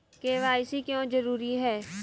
KYC क्यों जरूरी है?